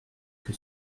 que